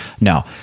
No